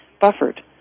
buffered